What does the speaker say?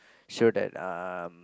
so that um